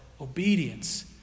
obedience